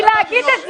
יוליה, יוליה,